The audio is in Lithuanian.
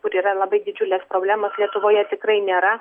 kur yra labai didžiulės problemos lietuvoje tikrai nėra